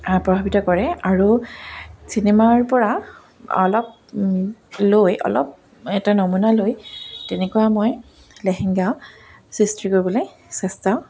প্ৰভাৱিত কৰে আৰু চিনেমাৰ পৰা অলপ লৈ অলপ এটা নমুনা লৈ তেনেকুৱা মই লেহেংগা সৃষ্টি কৰিবলৈ চেষ্টাও